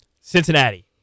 Cincinnati